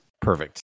perfect